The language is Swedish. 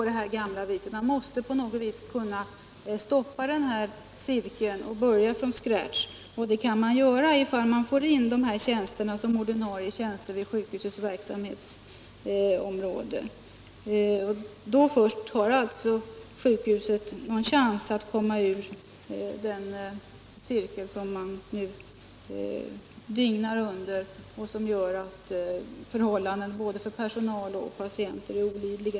Man måste på något vis komma ur den onda cirkeln och starta igen från scratch. Och det kan man göra om man får de här tjänsterna som ordinarie tjänster i sjukhusets verksamhetsområde. Då först har sjukhuset en chans att komma ur den onda cirkel som man nu är inne i och som gör att förhållandena är olidliga för både personalen och patienterna.